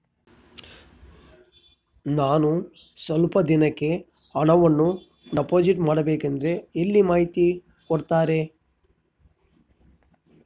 ನಾನು ಸ್ವಲ್ಪ ದಿನಕ್ಕೆ ಹಣವನ್ನು ಡಿಪಾಸಿಟ್ ಮಾಡಬೇಕಂದ್ರೆ ಎಲ್ಲಿ ಮಾಹಿತಿ ಕೊಡ್ತಾರೆ?